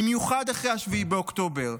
במיוחד אחרי 7 באוקטובר.